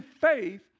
faith